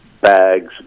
bags